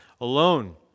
alone